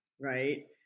Right